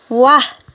वाह